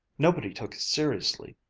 nobody took it seriously,